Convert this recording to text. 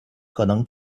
可能